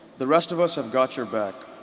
the rest of us have got your back.